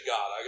God